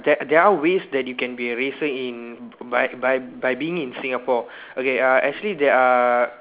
that are there are ways that you can be a racer in by by by being in Singapore okay uh actually there are